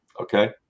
Okay